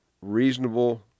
reasonable